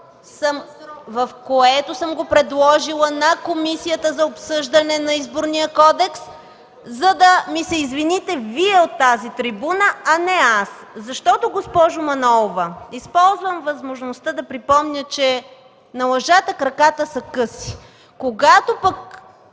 което съм го предложила на комисията за обсъждане на Изборния кодекс, за да ми се извините Вие от тази трибуна, не аз? Госпожо Манолова, използвам възможността да припомня, че на лъжата краката са къси. Когато пък